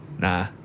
Nah